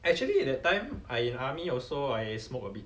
actually that time I in army also I smoke a bit